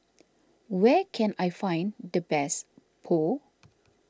where can I find the best Pho